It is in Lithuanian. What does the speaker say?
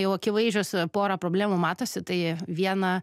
jau akivaizdžios pora problemų matosi tai viena